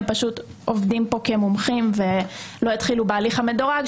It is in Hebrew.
הם פשוט עובדים פה כי הם מומחים ולא התחילו בהליך המדורג,